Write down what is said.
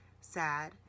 sad